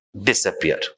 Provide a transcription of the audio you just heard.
disappear